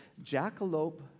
jackalope